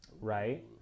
Right